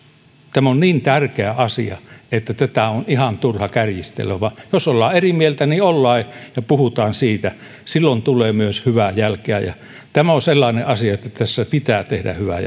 tämä on niin tärkeä asia että tätä on ihan turha kärjistellä jos ollaan eri mieltä niin ollaan ja puhutaan siitä ja silloin tulee myös hyvää jälkeä tämä on sellainen asia että tässä pitää tehdä hyvää